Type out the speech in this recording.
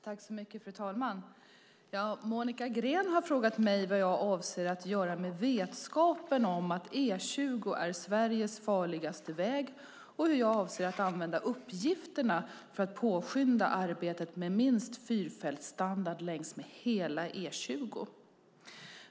Fru talman! Monica Green har frågat mig vad jag avser att göra med vetskapen om att E20 är Sveriges farligaste väg och hur jag avser att använda uppgifterna för att påskynda arbetet med minst fyrfältsstandard längs hela E20.